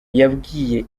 yabwiye